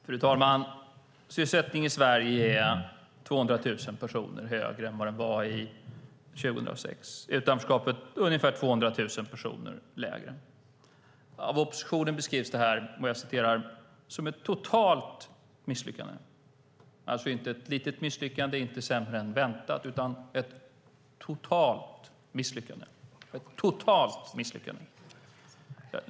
Fru talman! Det är 200 000 personer fler i Sverige som är i sysselsättning än 2006. Utanförskapet har minskat med ungefär 200 000 personer. Av oppositionen beskrivs det som ett totalt misslyckande, alltså inte som ett litet misslyckande, inte sämre än väntat, utan som ett totalt misslyckande!